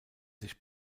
sich